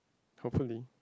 hopefully